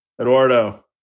Eduardo